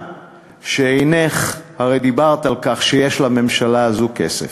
הרי דיברת על כך שיש לממשלה הזאת כסף.